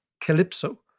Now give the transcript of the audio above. Calypso